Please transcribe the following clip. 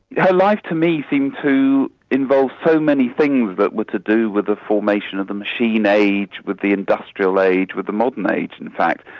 her life to me seemed to involve so many things that were to do with the formation of the machine age, with the industrial age, with the modern age in fact.